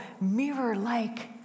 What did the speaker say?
mirror-like